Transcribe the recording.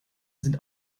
sind